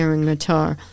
guitar